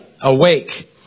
Awake